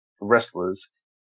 wrestlers